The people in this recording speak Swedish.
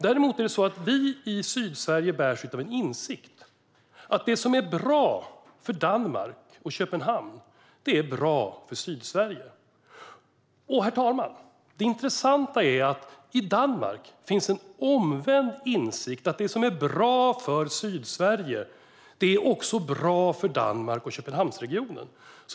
Däremot bär vi i Sydsverige en insikt om att det som är bra för Danmark och Köpenhamn är bra för Sydsverige. Herr talman! Det intressanta är att i Danmark finns en omvänd insikt om att det som är bra för Sydsverige också är bra för Danmark och Köpenhamnsregionen.